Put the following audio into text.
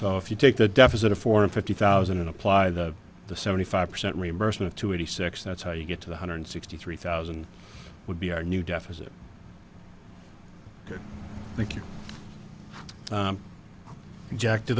so if you take the deficit of foreign fifty thousand and apply that the seventy five percent reimbursement to eighty six that's how you get to the hundred sixty three thousand would be our new deficit thank you jack do